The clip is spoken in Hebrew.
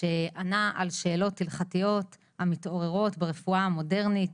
שענה על שאלות הלכתיות המתעוררות ברפואה המודרנית,